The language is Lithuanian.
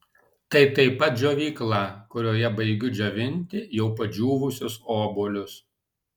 tai taip pat džiovykla kurioje baigiu džiovinti jau padžiūvusius obuolius